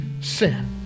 sin